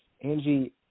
Angie